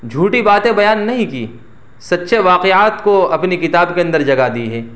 جھوٹی باتیں بیان نہیں کی سچے واقعات کو اپنی کتاب کے اندر جگہ دی ہے